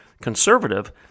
conservative